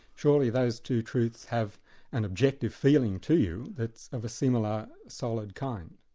surely those two truths have an objective feeling to you that's of a similar, solid kind.